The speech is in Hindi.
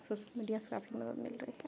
सोशल मीडिया से काफ़ी मदद मिल रही है